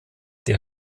der